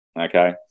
Okay